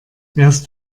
wärst